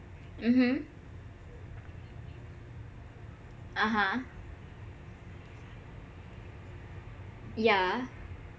mmhmm (uh huh) yah